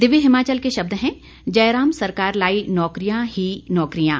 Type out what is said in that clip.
दिव्य हिमाचल के शब्द हैं जयराम सरकार लाई नौकरियां ही नौकरियां